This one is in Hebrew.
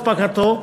אספקתו,